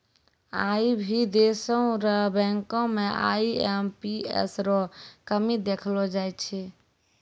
आई भी देशो र बैंको म आई.एम.पी.एस रो कमी देखलो जाय छै